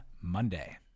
Monday